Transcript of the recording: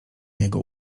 niego